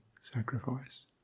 sacrifice